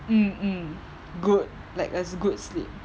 mm mm good like a good sleep